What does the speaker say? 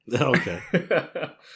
Okay